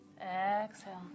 exhale